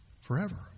Forever